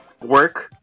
Work